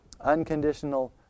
unconditional